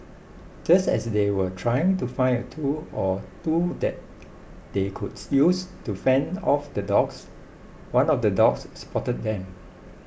just as they were trying to find a tool or two that they could use to fend off the dogs one of the dogs spotted them